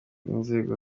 n’inzego